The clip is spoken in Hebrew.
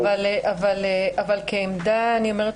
אבל כעמדה, אני אומרת